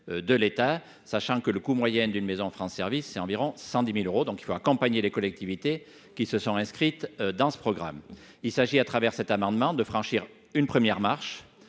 de l'État, sachant que le coût moyen d'une maison France Services est d'environ 110 000 euros. De fait, il faut accompagner les collectivités qui se sont inscrites dans ce programme. Il s'agit, à travers cet amendement, de franchir une première marche,